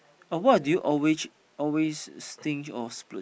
or what do you always always stinge or splurge